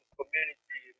community